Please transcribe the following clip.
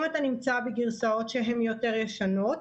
אם אתה נמצא בגרסאות שהן יותר ישנות